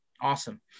Awesome